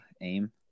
aim